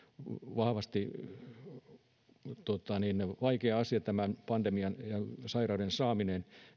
vahvasti vaikea asia tämän pandemian ja sairauden saaminen